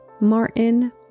Martin